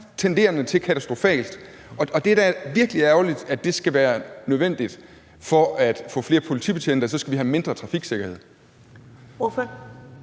tenderende til katastrofalt, og det er virkelig ærgerligt, at det skal være nødvendigt: For at få flere politibetjente skal vi have mindre trafiksikkerhed. Kl.